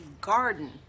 garden